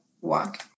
walk